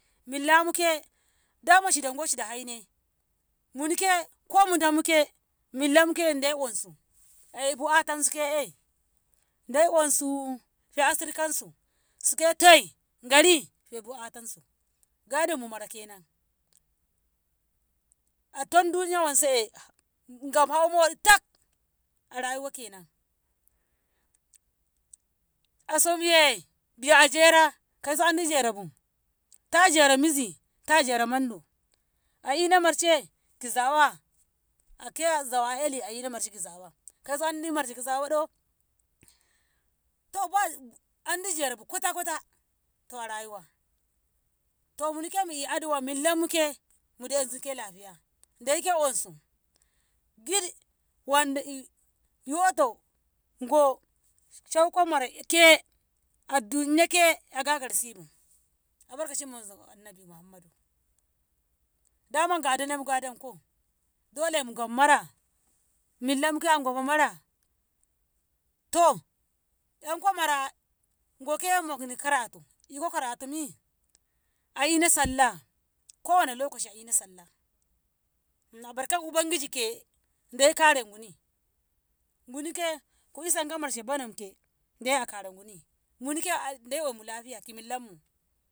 Millamuke daman shida goi shida haine munike ko mudammu ke millammu ke dai ansu a e'bukatansu ke'e dai ansu afe asir kansu shike toi, gari sai bukatansu. gadonmu mara kenan a tom duniya wanse'e gaf hau moɗi tak a rayuwa kenan asomiye biya a jera kauso andi jerabu, ta jara mizi ta jea mondu a ina marshe ki zawa ake azau e'li a ina marshe ki zawa kauso andi marshe ki zawado? to ba- andi jeabu kota kota to a rayuwa to munike mu'e addu'a millammuke ke daisu ke lafiya dai ansu giri- andoy yoto go shauko mara ke a duniyase a gagara sibu albarkacin majo- annabi muhammadu. daman gadone mugadonko dole mugaf mara millammuke agaf mara. to 'yanko mara goke mukni karatu iko karatu mi? a ina sallah kowane lokci a ina sallah nabarka ubangiji ke dai kare guni, gunike ku isonka marshe bonomke dai akara guni minike dai omu lafiya ki millammu.